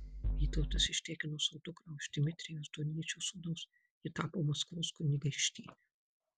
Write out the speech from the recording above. vytautas ištekino savo dukrą už dmitrijaus doniečio sūnaus ji tapo maskvos kunigaikštiene